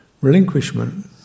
Relinquishment